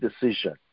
decision